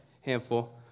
handful